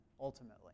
ultimately